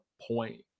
point